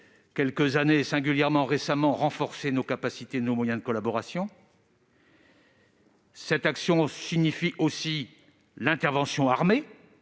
internationale, singulièrement renforcé nos capacités et nos moyens de collaboration. Cette action signifie aussi l'intervention armée,